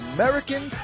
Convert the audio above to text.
American